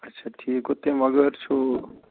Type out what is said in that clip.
اَچھا ٹھیٖک گوٚو تَمہِ بغٲر چھُو